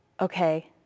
okay